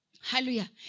Hallelujah